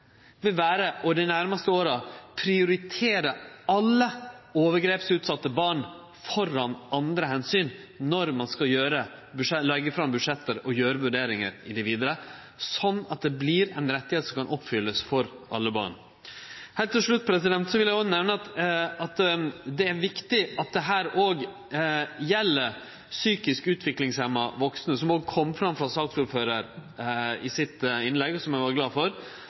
vil vere naudsynt å gjere ei prioritering når kapasiteten ikkje er der. Den viktigaste prioriteringa vil dei næraste åra vere å prioritere alle overgrepsutsette barn framfor andre omsyn, når ein skal leggje fram budsjett og gjere vurderingar i det vidare, slik at det vert ein rett som kan oppfyllast for alle barn. Heilt til slutt vil eg nemne at dette òg gjeld psykisk utviklingshemma vaksne, som ordføraren for saka sa i innlegget sitt – som vi var glade for. SV legg fram fleire forslag som